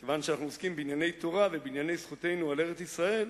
כיוון שאנחנו עוסקים בענייני תורה ובענייני זכותנו על ארץ-ישראל,